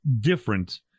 different